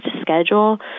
schedule